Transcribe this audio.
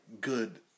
good